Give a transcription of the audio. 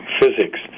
physics